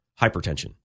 hypertension